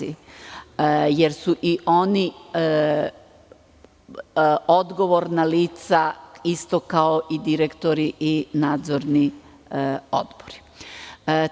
Jer, oni su odgovorna lica, isto kao i direktori i nadzorni odbori.